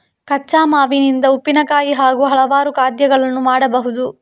ಕಚ್ಚಾ ಮಾವಿನಿಂದ ಉಪ್ಪಿನಕಾಯಿ ಹಾಗೂ ಹಲವಾರು ಖಾದ್ಯಗಳನ್ನು ಮಾಡಬಹುದು